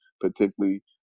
particularly –